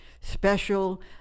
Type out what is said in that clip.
special